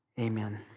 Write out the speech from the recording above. Amen